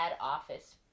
office